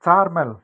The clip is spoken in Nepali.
चार माइल